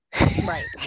Right